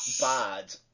bad